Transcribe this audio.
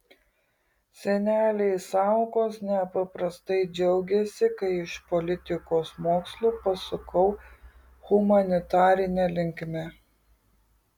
seneliai saukos nepaprastai džiaugėsi kai iš politikos mokslų pasukau humanitarine linkme